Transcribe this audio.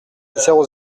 zéro